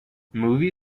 movie